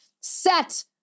set